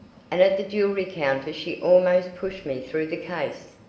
and at the jewelry counter she almost pushed me through the case.